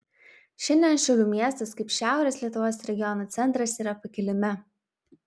šiandien šiaulių miestas kaip šiaurės lietuvos regiono centras yra pakilime